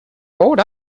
hold